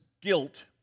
guilt